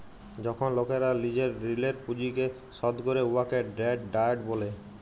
যখল লকেরা লিজের ঋলের পুঁজিকে শধ ক্যরে উয়াকে ডেট ডায়েট ব্যলে